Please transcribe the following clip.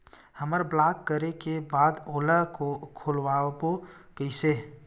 हमर ब्लॉक करे के बाद ओला खोलवाबो कइसे?